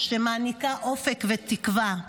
שמעניקה אופק ותקווה.